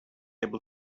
able